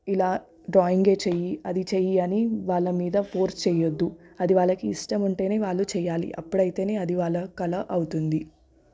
ఇలా డ్రాయింగే చెయ్యి అది చెయ్యి అని వాళ్ళ మీద ఫోర్స్ చేయవద్దు అది వాళ్ళకి ఇష్టం ఉంటేనే వాళ్ళు చేయాలి అప్పుడు అయితేనే అది వాళ్ళ కళ అవుతుంది